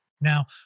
Now